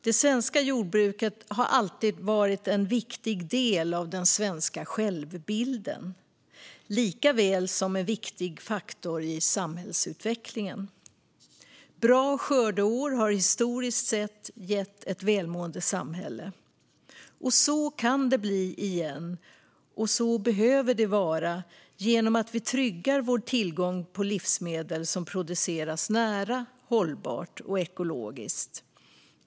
Det svenska jordbruket har alltid varit en viktig del av den svenska självbilden likaväl som en viktig faktor i samhällsutvecklingen. Bra skördeår har historiskt gett ett välmående samhälle. Så kan det bli igen, och så behöver det vara, genom att vi tryggar vår tillgång på livsmedel som produceras nära, hållbart och ekologiskt.